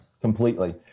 Completely